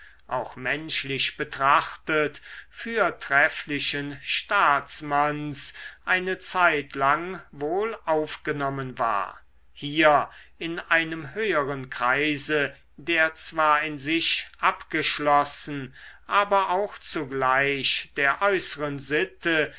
auch menschlich betrachtet fürtrefflichen staatsmanns eine zeitlang wohl aufgenommen war hier in einem höheren kreise der zwar in sich abgeschlossen aber auch zugleich der äußeren sitte